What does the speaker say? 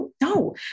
no